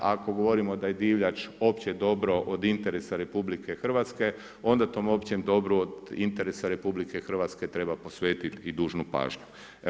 Ako govorimo da je divljač opće dobro od interesa RH onda tom općem dobru od interesa RH treba posvetiti i dužnu pažnju.